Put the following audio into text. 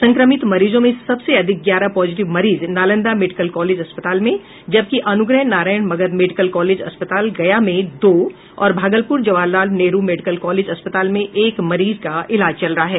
संक्रमित मरीजों में सबसे अधिक ग्यारह पॉजिटिव मरीज नालंदा मेडिकल कॉलेज अस्पताल में जबकि अनुग्रह नारायण मगध मेडिकल कॉलेज अस्पताल गया में दो और भागलपुर जवाहरलाल नेहरू मेडिकल कॉलेज अस्पताल में एक मरीज का इलाज चल रहा है